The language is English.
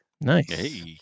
nice